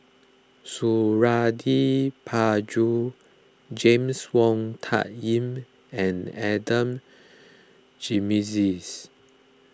Suradi Parjo James Wong Tuck Yim and Adan Jimenez